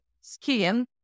skin